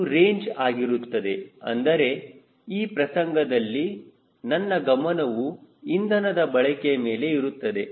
ಇದು ರೇಂಜ್ ಆಗಿರುತ್ತದೆ ಅಂದರೆ ಈ ಪ್ರಸಂಗದಲ್ಲಿ ನನ್ನ ಗಮನವು ಇಂಧನದ ಬಳಕೆಯ ಮೇಲೆ ಇರುತ್ತದೆ